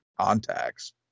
contacts